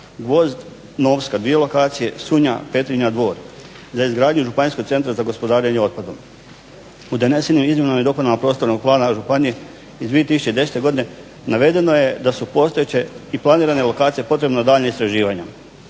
Gvozd, Novska dvije lokacije Sunja, Petrinja, Dvor za izgradnju Županijskog centra za gospodarenje otpadom". U donesenim izmjenama i dopunama Prostornog plana županije iz 2010. godine navedeno je da su za postojeće i planirane lokacije potrebna daljnja istraživanja.